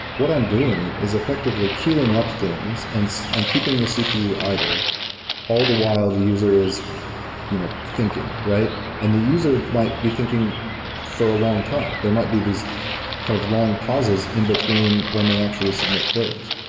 what i'm doing is effectively queuing up things and and keeping the cpu idle all the while the user is you know thinking, right? and the user might be thinking for a long time. there might be these kind of long pauses in between when they actually submit queries.